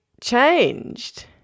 changed